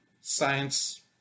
science